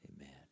Amen